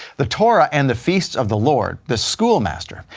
the torah and the feasts of the lord, the schoolmaster,